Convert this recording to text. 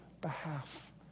behalf